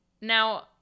Now